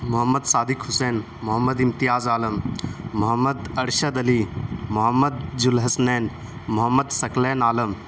محمد صادک حسین محمد امتیاز عالم محمد ارشد علی محمد جو الحسنین محمد ثقلین عالم